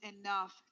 enough